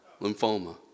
lymphoma